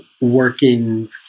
working